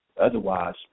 Otherwise